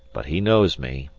but he knows me,